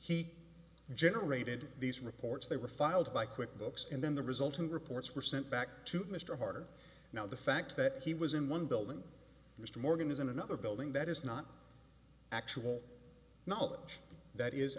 he generated these reports they were filed by quick books and then the resulting reports were sent back to mr harder now the fact that he was in one building mr morgan is in another building that is not actual knowledge that